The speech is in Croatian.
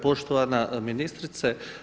Poštovana ministrice.